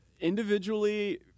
Individually